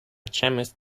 chemist